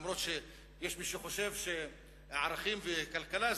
אף-על-פי שיש מי שחושב שערכים וכלכלה,